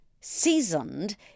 Seasoned